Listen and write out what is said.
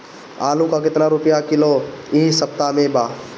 आलू का कितना रुपया किलो इह सपतह में बा?